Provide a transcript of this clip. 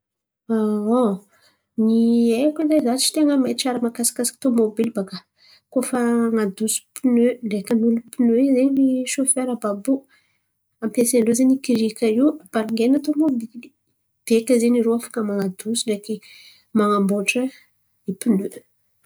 An, ny haiko za tsy de mahay tsara mikasikasiky tomobily baka. Koa fa an̈adoso piney ndraiky han’olo piney zen̈y rô sôfera àby io baika irô afaka man̈adoso ndraiky man̈aboatra piney.